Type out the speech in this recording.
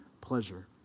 pleasure